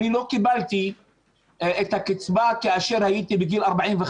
אני לא קיבלתי את הקצבה כאשר הייתי בגיל 45,